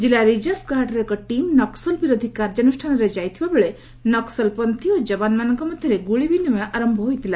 କିଲ୍ଲା ରିଜର୍ଭ ଗାର୍ଡ୍ର ଏକ ଟିମ୍ ନକ୍କଲ ବିରୋଧୀ କାର୍ଯ୍ୟାନୁଷ୍ଠାନରେ ଯାଇଥିବା ବେଳେ ନକ୍କଲପଚ୍ଛୀ ଓ ଯବାନମାନଙ୍କ ମଧ୍ୟରେ ଗୁଳିବିନିମୟ ଆରମ୍ଭ ହୋଇଥିଲା